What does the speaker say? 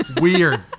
Weird